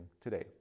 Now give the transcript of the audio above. today